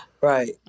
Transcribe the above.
Right